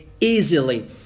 easily